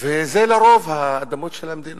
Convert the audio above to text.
וזה לרוב האדמות של המדינה.